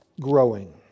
growing